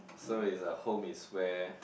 so it's uh home is where